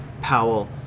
Powell